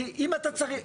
כי אם אתה צריך,